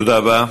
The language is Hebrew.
תודה רבה.